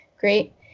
great